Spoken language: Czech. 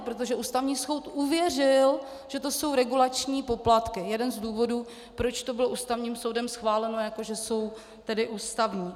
Protože Ústavní soud uvěřil, že to jsou regulační poplatky jeden z důvodů, proč to bylo Ústavním soudem schváleno, že jsou tedy ústavní.